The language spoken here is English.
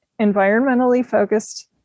environmentally-focused